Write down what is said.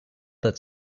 that